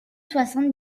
soixante